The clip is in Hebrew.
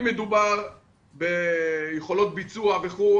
אם מדובר ביכולות ביצוע וכולי,